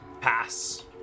pass